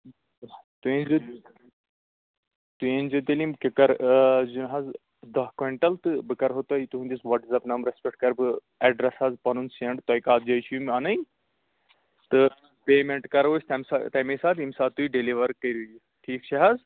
تُہۍ أنۍ زیو تُہۍ أنۍ زیو تیٚلہِ یِم کِکر زیُن حظ دَہ کۄینٹل تہٕ بہٕ کرہو تۄہہِ تُہندِس وٹس ایپ نمبرس پٮ۪ٹھ کرٕ بہٕ ایڈریس حظ پنُن سینڈ تۄہہِ کَتھ جایہِ چھ یِم انٕنۍ تہٕ پیمینٹ کرو اسہِ تمہِ سات تمے سات یم سات تُہۍ ڈِلِوَر کٔرِو یہِ ٹھیٖک چھا حظ